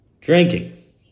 Drinking